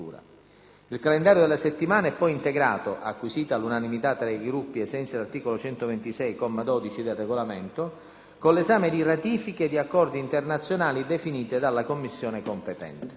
Il calendario della settimana è poi integrato - acquisita 1'unanimità tra i Gruppi ai sensi dell'articolo 126, comma 12, del Regolamento - con l'esame di ratifiche di accordi internazionali definite dalla Commissione competente.